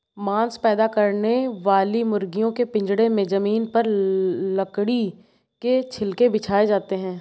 मांस पैदा करने वाली मुर्गियों के पिजड़े में जमीन पर लकड़ी के छिलके बिछाए जाते है